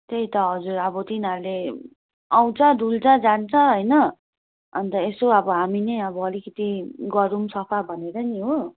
त्यही त हजुर अब तिनीहरूले आउँछ डुल्छ जान्छ होइन अन्त यसो अब हामी नै अब अलिकिति गरौँ सफा भनेर नि हो